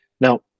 Now